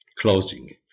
closing